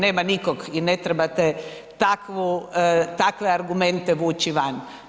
Nema nikog i ne trebate takve argumente vući van.